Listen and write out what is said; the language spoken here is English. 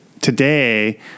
today